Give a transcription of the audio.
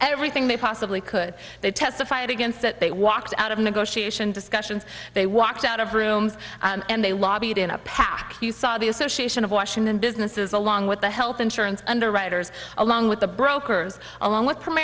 everything they possibly could they testified against that they walked out of negotiation discussions they walked out of rooms and they lobbied in a pack you saw the association of washington businesses along with the health insurance underwriters along with the brokers along with